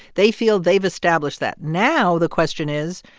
they feel they've established that now the question is,